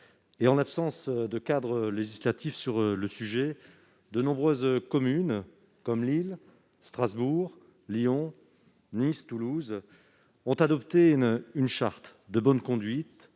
en l'absence de cadre législatif, de nombreuses communes, dont Lille, Strasbourg, Lyon, Nice et Toulouse, ont adopté une charte de bonne conduite